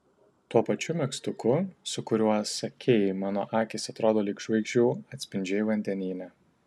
tuo pačiu megztuku su kuriuo sakei mano akys atrodo lyg žvaigždžių atspindžiai vandenyne